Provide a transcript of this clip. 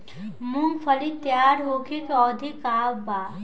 मूँगफली तैयार होखे के अवधि का वा?